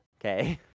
okay